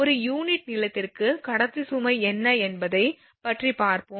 ஒரு யூனிட்டு நீளத்திற்கு கடத்தி சுமை என்ன என்பதைப் பற்றி பார்ப்போம்